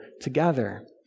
together